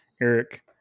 Eric